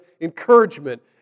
encouragement